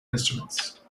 instruments